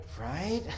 right